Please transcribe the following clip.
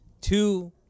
Two